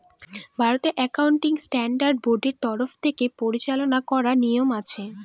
ভারতের accounting standard বোর্ডের তরফ থেকে পরিচালনা করার নিয়ম আছে